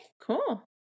cool